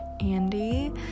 andy